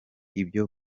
ibyo